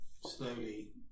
slowly